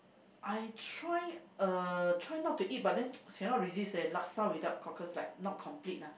I try uh try not to eat but then cannot resist leh laksa without cockles like not complete lah